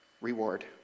reward